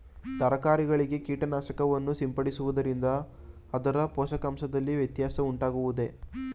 ತರಕಾರಿಗಳಿಗೆ ಕೀಟನಾಶಕಗಳನ್ನು ಸಿಂಪಡಿಸುವುದರಿಂದ ಅದರ ಪೋಷಕಾಂಶದಲ್ಲಿ ವ್ಯತ್ಯಾಸ ಉಂಟಾಗುವುದೇ?